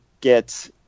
get